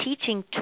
teaching